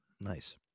Nice